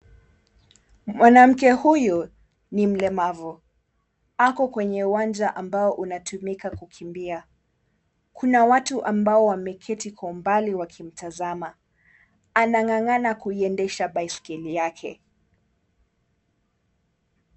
Mwanamke huyu ni mlemavu, ako kwenye uwanja ambao unatumika kukimbia, kuna watu ambao wameketi kwa umbali wakimtazama, anang'ang'ana kuendesha baiskeli yake.